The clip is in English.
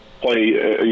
play